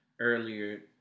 earlier